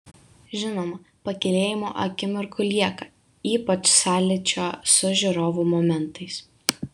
žinoma pakylėjimo akimirkų lieka ypač sąlyčio su žiūrovu momentais